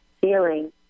feeling